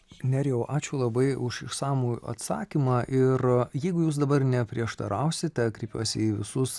nerijau ačiū labai už išsamų atsakymą ir jeigu jūs dabar neprieštarausite kreipiuosi į visus